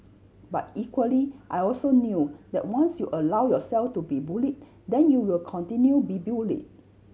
but equally I also knew that once you allow yourself to be bullied then you will continue be bullied